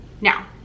Now